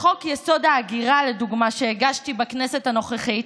לחוק-יסוד: ההגירה, לדוגמה, שהגשתי בכנסת הנוכחית,